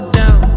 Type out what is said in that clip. down